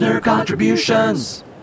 Contributions